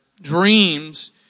dreams